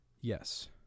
Yes